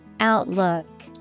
Outlook